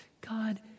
God